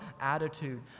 attitude